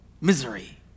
misery